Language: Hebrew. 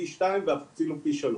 פי שתיים, ואפילו פי שלוש.